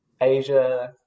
Asia